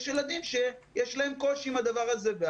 יש ילדים שיש להם קושי עם הדבר הזה.